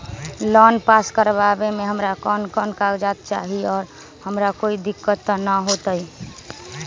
Loan पास करवावे में हमरा कौन कौन कागजात चाही और हमरा कोई दिक्कत त ना होतई?